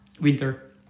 Winter